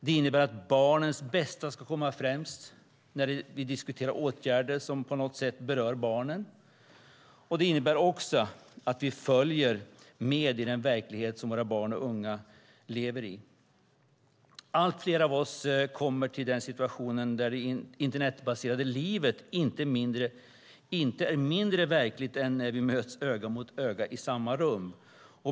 Det innebär att barnens bästa ska komma främst när vi diskuterar åtgärder som på något sätt berör barnen. Det innebär också att vi följer med i den verklighet som våra barn och unga lever i. Allt fler av oss kommer till den situationen där det internetbaserade livet inte är mindre verkligt än när vi möts öga mot öga i samma rum.